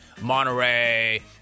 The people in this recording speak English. Monterey